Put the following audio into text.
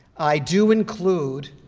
i do include,